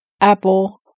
Apple